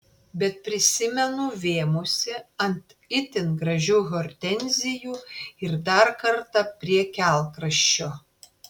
bet prisimenu vėmusi ant itin gražių hortenzijų ir dar kartą prie kelkraščio